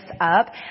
up